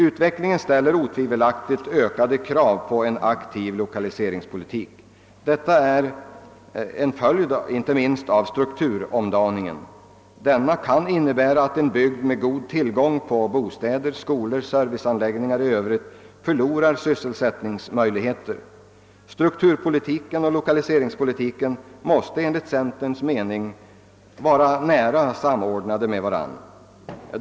Utvecklingen ställer = otvivelaktigt ökade krav på en aktiv lokaliseringspolitik. Detta är en följd inte minst av strukturomdaningen. Denna kan innebära att en bygd med god tillgång på bostäder, skolor och serviceanläggningar förlorar sysselsättningsmöjligheter. Strukturpolitiken och lokaliseringspolitiken måste enligt centerns mening vara väl samordnade med varandra.